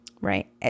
Right